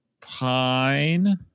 Pine